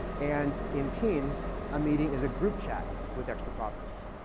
and in teams a meeting is a group chat with extra properties.